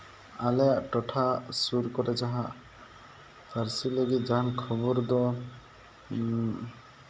ᱟᱞᱮᱭᱟᱜ ᱴᱚᱴᱷᱟ ᱥᱩᱨ ᱠᱚᱨᱮ ᱡᱟᱦᱟᱸ ᱯᱟᱹᱨᱥᱤ ᱞᱟᱹᱜᱤᱫ ᱡᱟᱦᱟᱱ ᱠᱷᱚᱵᱚᱨ ᱫᱚ